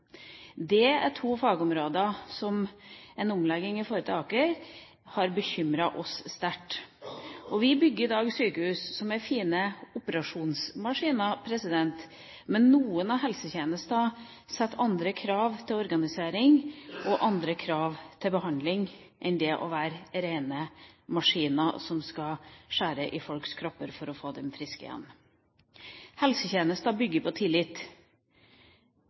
Det er to fagområder som ved en omlegging av Aker har bekymret oss sterkt. Vi bygger i dag sykehus som er fine operasjonsmaskiner, men noen av helsetjenestene setter andre krav til organisering og andre krav til behandling enn det å være rene maskiner som skal skjære i folks kropper for å få dem friske igjen. Helsetjenester bygger på tillit.